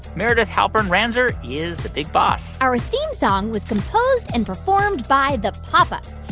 meredith halpern-ranzer is the big boss our theme song was composed and performed by the pop ups.